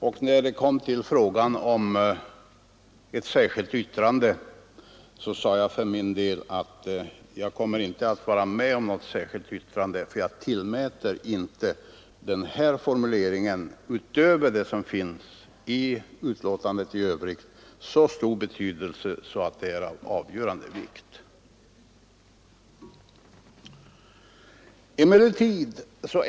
När utskottet kom till frågan om ett särskilt yttrande sade jag att jag för min del inte kommer att vara med om något särskilt yttrande, eftersom jag inte tillmäter denna formulering, utöver vad som sagts i betänkandet i övrigt, någon väsentlig betydelse.